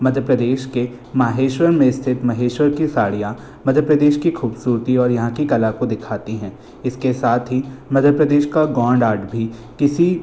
मध्य प्रदेश के माहेश्वर में स्थित महेश्वर की साड़ियाँ मध्य प्रदेश की खूबसूरती और यहाँ की कला को दिखाती हैं इसके साथ ही मध्य प्रदेश का गौंड आर्ट भी किसी